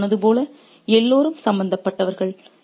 நான் சொன்னது போல் எல்லோரும் சம்பந்தப்பட்டவர்கள்